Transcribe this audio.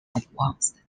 advanced